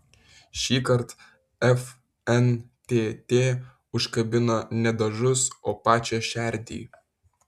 šįkart fntt užkabino ne dažus o pačią šerdį